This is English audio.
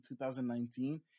2019